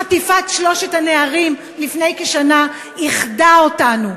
חטיפת שלושת הנערים לפני כשנה איחדה אותנו.